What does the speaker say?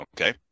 Okay